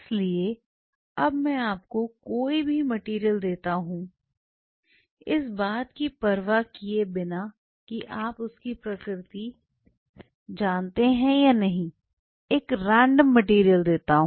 इसलिए अब मैं आपको कोई भी मटेरियल देता हूं इस बात की परवाह किए बिना कि आप उसकी प्रकृति रैंडम मटेरियल देता हूं